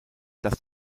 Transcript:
dass